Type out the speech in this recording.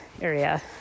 area